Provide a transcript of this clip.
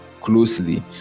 closely